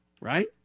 right